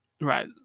right